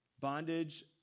bondage